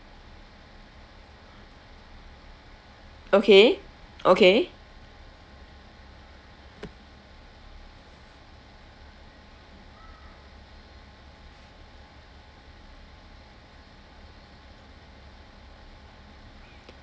okay okay